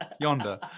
Yonder